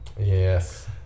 Yes